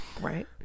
Right